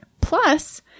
Plus